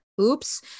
Oops